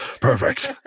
perfect